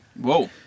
Whoa